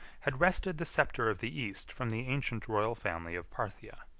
had wrested the sceptre of the east from the ancient royal family of parthia.